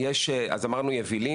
אמרנו יבילים.